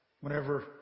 whenever